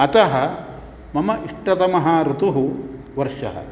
अतः मम इष्टतमः ऋतुः वर्षः